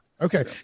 Okay